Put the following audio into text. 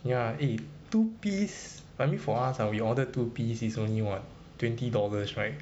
ya eh two piece I mean for us ah we order two piece is only what twenty dollars right